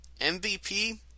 MVP